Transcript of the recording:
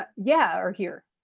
but yeah. or here,